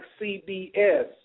CBS